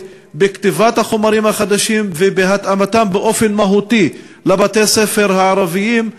בכתיבת החומרים החדשים ובהתאמתם באופן מהותי לבתי-הספר הערביים.